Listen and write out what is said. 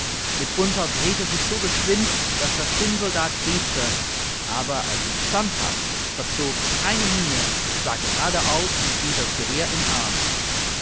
mitunter drehte es sich so geschwind daß der zinnsoldat bebte aber er blieb standhaft verzog keine miene sah gerade aus und hielt das gewehr im arm